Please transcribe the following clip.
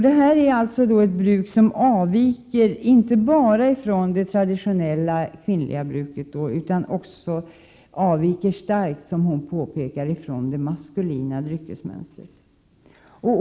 Det här är alltså ett bruk som inte bara avviker från det traditionella kvinnliga bruket utan också, som hon påpekar, starkt skiljer sig från det maskulina dryckesmönstret.